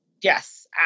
Yes